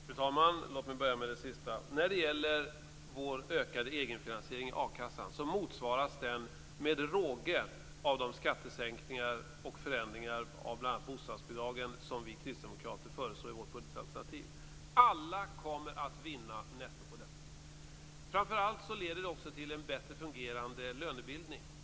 Fru talman! Låt mig börja med det sista. Vår ökade egenfinansiering i a-kassan motsvaras med råge av de skattesänkningar och förändringar av bl.a. bostadsbidragen som vi kristdemokrater föreslår i vårt budgetalternativ. Alla kommer att vinna netto på detta. Det leder framför allt till en bättre fungerande lönebildning.